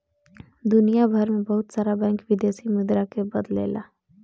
दुनियभर में बहुत सारा बैंक विदेशी मुद्रा के बदलेला